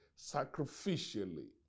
sacrificially